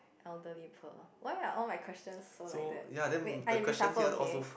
elderly poor why are all my questions so like that wait I reshuffle okay